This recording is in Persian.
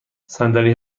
صندلی